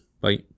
Bye